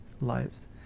lives